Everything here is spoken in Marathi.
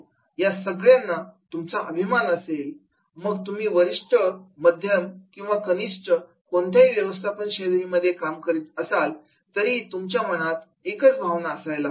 या सगळ्यांना तुमचा अभिमान असेल मग तुम्ही वरिष्ठ मध्यम किंवा कनिष्ठ कोणत्याही व्यवस्थापन श्रेणीमध्ये काम करत असलात तरी तुमच्या मनात एकच भावना असायला हवी